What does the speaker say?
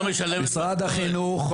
האלה משרד החינוך?